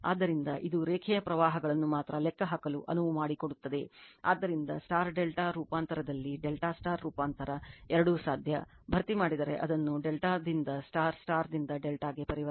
ಆದ್ದರಿಂದ ಇದು ರೇಖೆಯ ಪ್ರವಾಹಗಳನ್ನು ಮಾತ್ರ ಲೆಕ್ಕಹಾಕಲು ಅನುವು ಮಾಡಿಕೊಡುತ್ತದೆ ಆದ್ದರಿಂದ ∆ ರೂಪಾಂತರದಲ್ಲಿ ∆ ರೂಪಾಂತರ ಎರಡೂ ಸಾಧ್ಯ ಭರ್ತಿ ಮಾಡಿದರೆ ಅದನ್ನು ∆ ರಿಂದ ರಿಂದ ∆ ಗೆ ಪರಿವರ್ತಿಸಬಹುದು